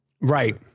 Right